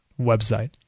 website